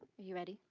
you ready?